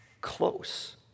close